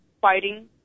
fighting